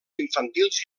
infantils